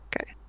Okay